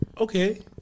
Okay